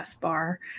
bar